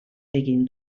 egin